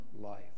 life